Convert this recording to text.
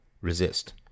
resist